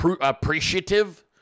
appreciative